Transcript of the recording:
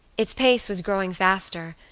its pace was growing faster,